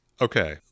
Okay